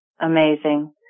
amazing